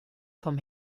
vom